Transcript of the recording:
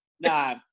Nah